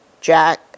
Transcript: Jack